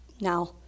Now